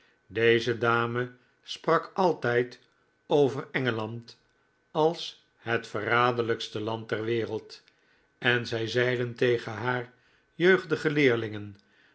deze dame sprak altijd over engeland als het verraderlijkste land ter wereld en zij zeide tegen haar jeugdige leerlingen